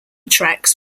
tracks